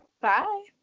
Bye